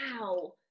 Wow